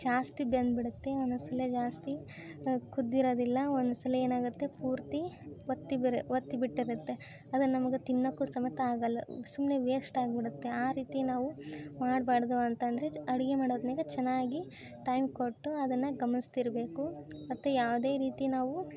ಜಾಸ್ತಿ ಬೆಂದುಬಿಡುತ್ತೆ ಒಂದೊಂದು ಸಲ ಜಾಸ್ತಿ ಕುದ್ದಿರೋದಿಲ್ಲ ಒಂದೊಂದು ಸಲ ಏನಾಗುತ್ತೆ ಪೂರ್ತಿ ಒತ್ತಿ ಬರೆ ಒತ್ತಿ ಬಿಟ್ಟಿರುತ್ತೆ ಅದು ನಮ್ಗೆ ತಿನ್ನೋಕ್ಕೂ ಸಮೇತ ಆಗಲ್ಲ ಸುಮ್ಮನೆ ವೇಸ್ಟ್ ಆಗಿಬಿಡುತ್ತೆ ಆ ರೀತಿ ನಾವು ಮಾಡ್ಬಾರ್ದು ಅಂತಂದರೆ ಅಡುಗೆ ಮಾಡೋ ಹೊತ್ನ್ಯಾಗ ಚೆನ್ನಾಗಿ ಟೈಮ್ ಕೊಟ್ಟು ಅದನ್ನು ಗಮನಿಸ್ತಿರಬೇಕು ಮತ್ತು ಯಾವುದೇ ರೀತಿ ನಾವು